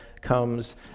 comes